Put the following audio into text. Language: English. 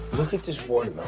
look at this